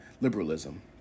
liberalism